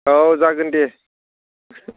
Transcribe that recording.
औ जागोन दे